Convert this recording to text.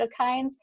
cytokines